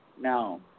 No